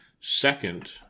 second